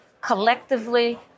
collectively